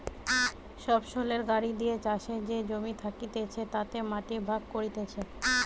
সবসৈলের গাড়ি দিয়ে চাষের যে জমি থাকতিছে তাতে মাটি ভাগ করতিছে